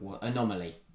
Anomaly